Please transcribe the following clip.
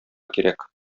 кирәк